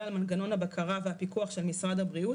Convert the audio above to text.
על מנגנון הבקרה והפיקוח של משרד הבריאות,